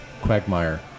quagmire